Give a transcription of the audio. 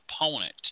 opponent